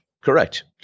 Correct